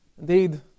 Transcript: Indeed